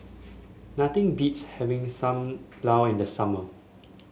nothing beats having Sam Lau in the summer